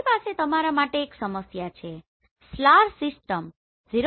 મારી પાસે તમારા માટે એક સમસ્યા છે SLAR સિસ્ટમ 0